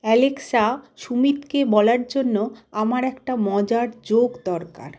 Alexa সুমিতকে বলার জন্য আমার একটা মজার জোক দরকার